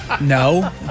No